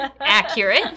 Accurate